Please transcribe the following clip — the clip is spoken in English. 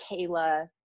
Kayla